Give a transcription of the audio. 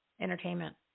entertainment